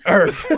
Earth